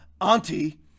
auntie